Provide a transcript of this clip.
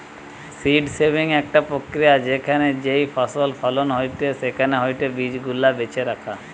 seed saving একটা প্রক্রিয়া যেখানে যেই ফসল ফলন হয়েটে সেখান হইতে বীজ গুলা বেছে রাখা